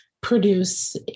produce